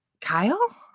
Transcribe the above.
Kyle